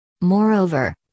Moreover